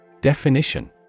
Definition